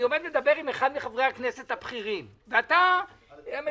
אני מדבר עם אחד מחברי הכנסת הבכירים ואתה מדבר.